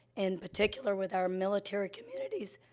in particular with our military communities,